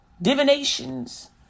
Divinations